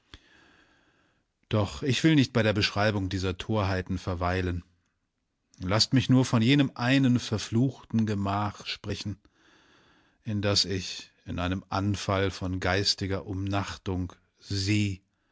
doch ich will nicht bei der beschreibung dieser torheiten verweilen laßt mich nur von jenem einen verfluchten gemach sprechen in das ich in einem anfall von geistiger umnachtung sie